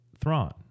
Thrawn